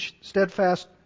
steadfast